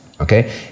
Okay